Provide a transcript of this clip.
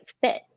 fit